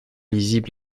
lisible